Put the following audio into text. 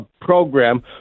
program